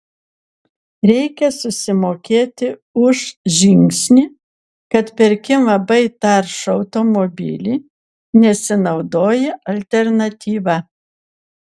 reikia susimokėti už žingsnį kad perki labai taršų automobilį nesinaudoji alternatyva